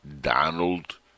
Donald